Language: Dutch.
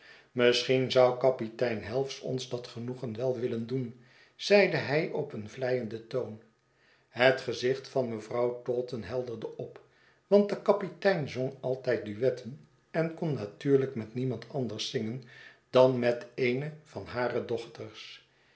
misschien zou kapitein helves ons dat genoegen wel willen doen zeide hij op een vleienden toon het gezicht van mevrouw taunton helderde op want de kapitein zong altijd duetten enkonnatuurhjk met niemand anders zingen dan met eene van hare dochters